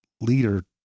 leader